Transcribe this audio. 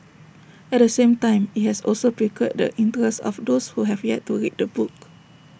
at the same time IT has also piqued the interest of those who have yet to read the book